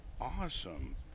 awesome